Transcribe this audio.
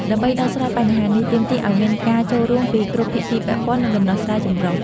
ដើម្បីដោះស្រាយបញ្ហានេះ ទាមទារឱ្យមានការចូលរួមពីគ្រប់ភាគីពាក់ព័ន្ធ និងដំណោះស្រាយចម្រុះ។